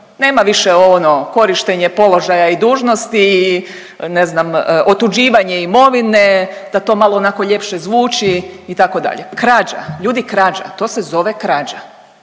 nema više ono korištenje položaja i dužnosti, ne znam otuđivanje imovine, da to malo onako ljepše zvuči itd.. Krađa, ljudi krađa, to se zove krađa.